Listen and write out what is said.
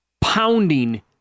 pounding